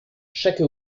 chaque